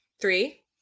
Three